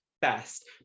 best